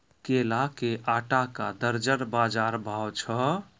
केला के आटा का दर्जन बाजार भाव छ?